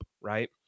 Right